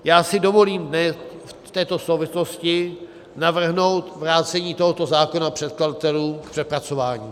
Já si dovolím v této souvislosti navrhnout vrácení tohoto zákona předkladatelům k přepracování.